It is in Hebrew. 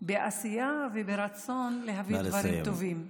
בעשייה וברצון להביא דברים טובים.